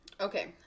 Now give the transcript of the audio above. Okay